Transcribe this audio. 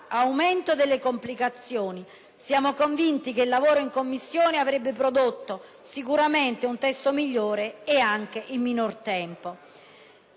Aumenteranno le complicazioni e noi siamo convinti che il lavoro in Commissione avrebbe prodotto un testo migliore ed anche in minor tempo.